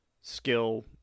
skill